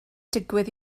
digwydd